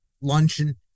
luncheon